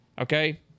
Okay